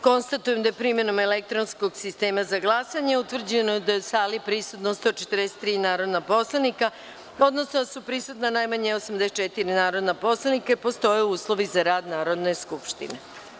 Konstatujem da je, primenom elektronskog sistema za glasanje, utvrđeno da je u sali prisutan 143 narodna poslanika, odnosno da su prisutna najmanje 84 narodna poslanika i da postoje uslovi za rad Narodne skupštine.